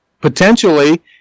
potentially